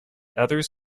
others